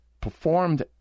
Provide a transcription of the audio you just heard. performed